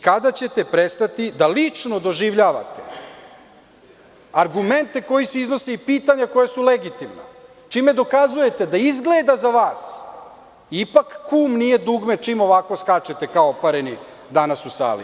Kada ćete prestati da lično doživljavate argumente koji se iznose i pitanja koja su legitimna, čime dokazujete da izgleda za vas ipak kum nije dugme čim ovako skačete kao popareni danas u sali.